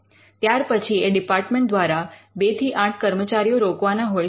ત્યાર પછી એ ડિપાર્ટમેન્ટ દ્વારા 2 થી 8 કર્મચારીઓ રોકવાના હોય છે